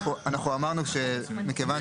אנחנו אמרנו מכיוון